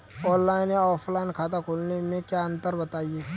Online या offline खाता खोलने में क्या अंतर है बताएँ?